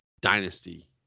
dynasty